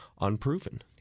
unproven